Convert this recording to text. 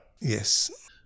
Yes